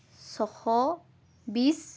ছশ বিশ